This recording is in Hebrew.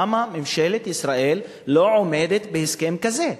למה ממשלת ישראל לא עומדת בהסכם כזה?